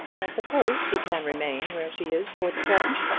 i suppose she can remain where she is for the present?